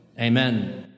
Amen